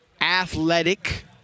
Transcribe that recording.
athletic